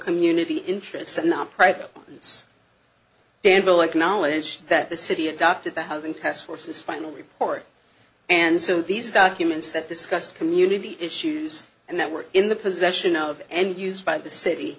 community interests and not private it's danville acknowledged that the city adopted the housing test forces final report and so these documents that discussed community issues and that were in the possession of and used by the city